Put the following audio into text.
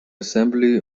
assembly